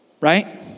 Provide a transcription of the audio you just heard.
Right